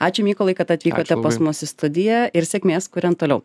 ačiū mykolai kad atvykote pas mus į studiją ir sėkmės kuriant toliau